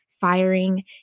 firing